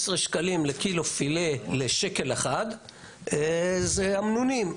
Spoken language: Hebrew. שקלים לקילו פילה לשקל אחד זה אמנונים.